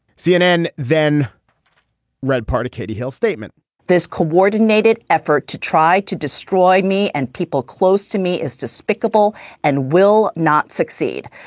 cnn then read part of katie hill statement this coordinated effort to try to destroy me and people close to me is despicable and will not succeed.